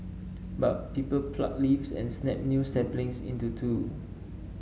but people pluck leaves and snap new saplings into two